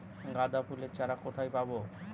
গাঁদা ফুলের চারা কোথায় পাবো?